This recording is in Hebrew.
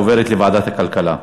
לוועדת הכלכלה נתקבלה.